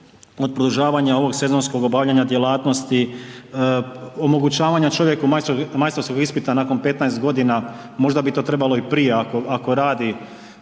od produžavanja ovog sezonskog obavljanja djelatnosti, omogućavanja čovjeku majstorskog ispita nakon 15 godina, možda bi to trebalo i prije ako radi,